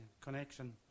connection